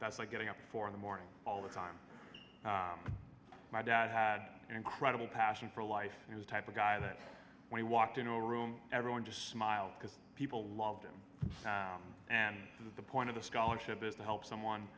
that's like getting up for the morning all the time my dad had incredible passion for life he was type a guy that when he walked into a room everyone just smiled because people loved him and the point of the scholarship is to help someone